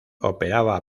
operaba